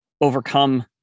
overcome